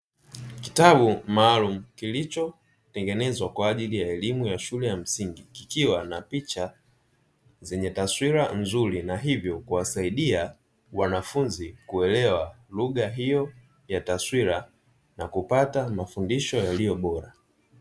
Kitabu maalumu kilichotengenezwa kwa ajili ya elimu ya shule ya msingi, kikiwa na picha zenye taswira nzuri na hivyo kuwasaidia wanafunzi kuelewa lugha hiyo ya taswira na kupata mafundisho yaliyobora.